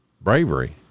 bravery